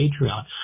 Patreon